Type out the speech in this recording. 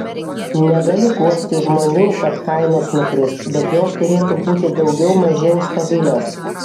negaliu guosti žmonių kad kainos nukris bet jos turėtų būti daugiau mažiau stabilios